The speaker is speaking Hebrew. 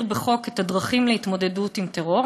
בחוק את הדרכים להתמודדות עם טרור.